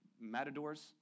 matadors